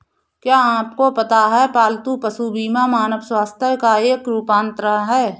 क्या आपको पता है पालतू पशु बीमा मानव स्वास्थ्य बीमा का एक रूपांतर है?